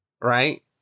Right